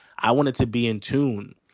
i wanted to be in tune.